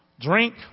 drink